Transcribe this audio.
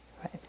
right